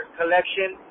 collection